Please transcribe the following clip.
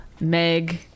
Meg